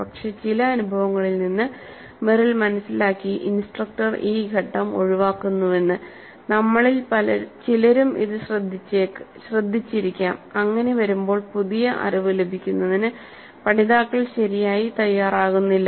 പക്ഷേ ചില അനുഭവങ്ങളിൽ നിന്ന് മെറിൽ മനസിലാക്കി ഇൻസ്ട്രക്ടർ ഈ ഘട്ടം ഒഴിവാക്കുന്നുവെന്ന് നമ്മളിൽ ചിലരും ഇത് ശ്രദ്ധിച്ചിരിക്കാം അങ്ങിനെ വരുമ്പോൾ പുതിയ അറിവ് ലഭിക്കുന്നതിന് പഠിതാക്കൾ ശരിയായി തയ്യാറാകുന്നില്ല